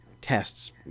tests